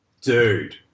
Dude